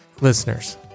Listeners